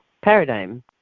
paradigm